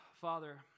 Father